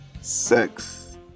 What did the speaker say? Sex